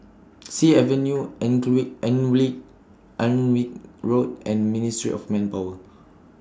Sea Avenue Alnwick Road and Ministry of Manpower